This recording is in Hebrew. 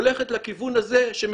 הולכת לכיוון הזה.